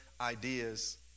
ideas